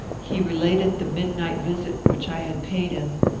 he related the midnight visit which i had paid him,